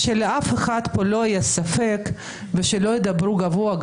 שלאף אחד כאן לא יהיה ספק ושלא ידברו גבוהה